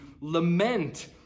lament